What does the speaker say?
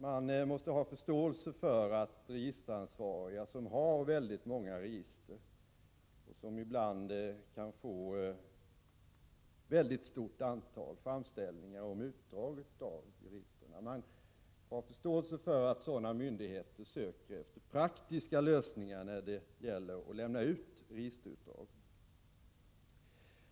Man måste ha förståelse för att registeransvariga myndigheter, som har väldigt många register och som ibland kan få ett mycket stort antal framställningar om utdrag ur registren, söker efter praktiska lösningar när det gäller att lämna ut registerutdrag.